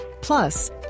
Plus